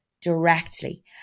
directly